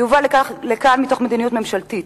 היא הובאה לכאן מתוך מדיניות ממשלתית,